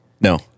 No